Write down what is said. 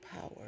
Power